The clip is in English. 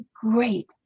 great